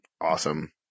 Awesome